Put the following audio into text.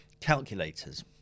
Calculators